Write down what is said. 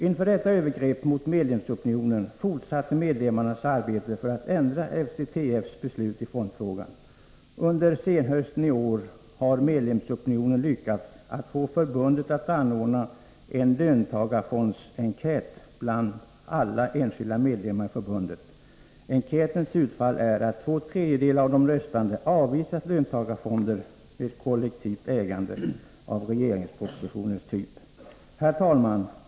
Inför detta övergrepp mot medlemsopinionen fortsatte medlemmarnas arbete för att ändra FCTF:s beslut i fondfrågan. Under senhösten i år har medlemsopinionen lyckats att få förbundet att anordna en löntagarfondsenkät bland alla enskilda medlemmar i förbundet. Enkätens utfall är att två tredjedelar av de röstande avvisar löntagarfonder med kollektivt ägande av regeringspropositionens typ. Herr talman!